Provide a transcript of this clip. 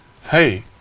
hey